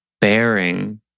bearing